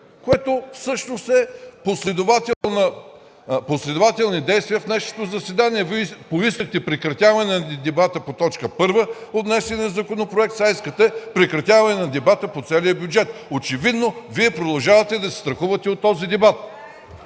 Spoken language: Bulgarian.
Това всъщност са последователни действия в нашето заседание. Вие поискахте прекратяване на дебата по точка първа, по внесения законопроект, сега искате прекратяване на дебата по целия бюджет. Очевидно продължавате да се страхувате от този дебат.